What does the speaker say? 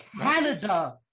Canada